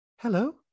Hello